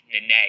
Nene